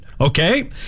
Okay